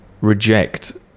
reject